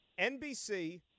NBC